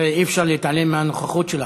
הרי אי-אפשר להתעלם מהנוכחות שלך,